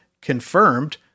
confirmed